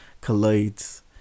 collides